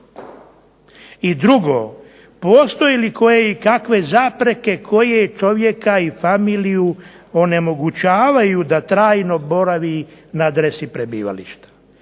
I drugo, postoje li koje i kakve zapreke koje čovjeka i familiju onemogućavaju da trajno boravi na adresi prebivališta.